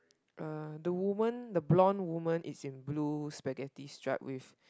uh the woman the blonde woman is in blue spaghetti stripe with